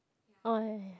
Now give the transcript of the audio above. oh ya ya ya